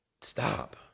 stop